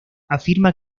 afirma